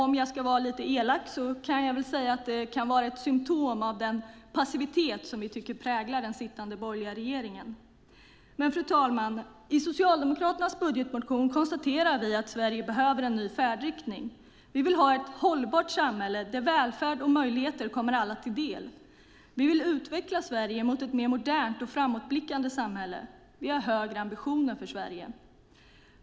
Om jag ska vara lite elak kan jag väl säga att det kan vara ett symtom på den passivitet som vi tycker präglar den sittande borgerliga regeringen. Fru talman! I Socialdemokraternas budgetmotion konstaterar vi att Sverige behöver en ny färdriktning. Vi vill ha ett hållbart samhälle där välfärd och möjligheter kommer alla till del. Vi vill utveckla Sverige mot ett mer modernt och framåtblickande samhälle. Vi har högre ambitioner för Sverige.